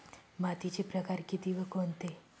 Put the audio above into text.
मातीचे प्रकार किती व कोणते?